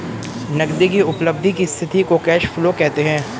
नगदी की उपलब्धि की स्थिति को कैश फ्लो कहते हैं